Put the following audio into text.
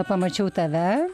pamačiau tave